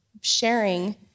sharing